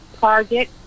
Target